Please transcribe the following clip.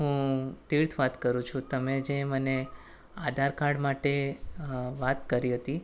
હું તીર્થ વાત કરું છું તમે જે મને આધાર કાર્ડ માટે વાત કરી હતી